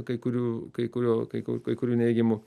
kai kurių kai kurio kai kai kurių neigiamų